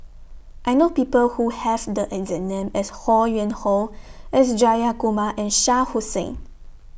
I know People Who Have The exact name as Ho Yuen Hoe S Jayakumar and Shah Hussain